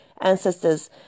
ancestors